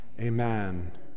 Amen